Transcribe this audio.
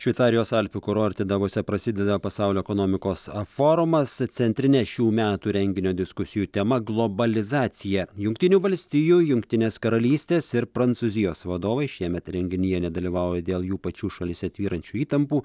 šveicarijos alpių kurorte davose prasideda pasaulio ekonomikos forumas centrinė šių metų renginio diskusijų tema globalizacija jungtinių valstijų jungtinės karalystės ir prancūzijos vadovai šiemet renginyje nedalyvauja dėl jų pačių šalyse tvyrančių įtampų